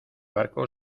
barco